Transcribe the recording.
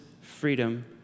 freedom